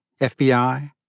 FBI